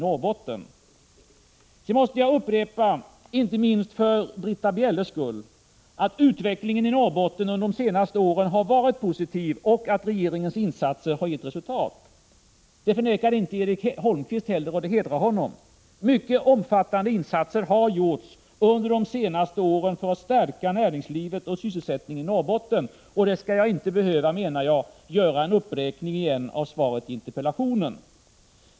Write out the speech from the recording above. Jag måste upprepa, inte minst för Britta Bjelles skull, att utvecklingen i Norrbotten under de senaste åren har varit positiv och att regeringens insatser har gett resultat. Det förnekar inte heller Erik Holmkvist, och det hedrar honom. Mycket omfattande insatser har gjorts under de senaste åren för att stärka näringslivet och sysselsättningen i Norrbotten, och jag menar att jag inte skall behöva räkna upp dem igen eftersom jag redan gjort det i interpellationssvaret.